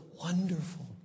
wonderful